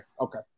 Okay